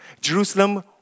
Jerusalem